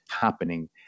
happening